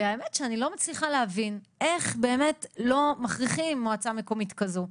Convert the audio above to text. האמת שאני לא מצליחה להבין איך באמת לא מכריחים מועצה מקומית כזו,